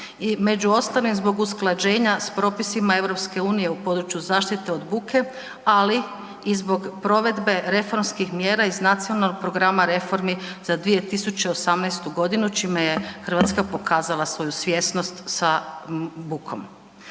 među ostalim zbog usklađenja s propisima EU u području zaštite od buke, ali i zbog provedbe iz reformskih mjera iz Nacionalnog programa reformi za 2018. godinu čime je Hrvatska pokazala svoju svjesnost sa bukom.